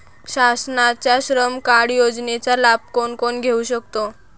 शासनाच्या श्रम कार्ड योजनेचा लाभ कोण कोण घेऊ शकतो?